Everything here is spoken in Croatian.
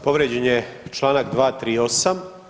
Povrijeđen je članak 238.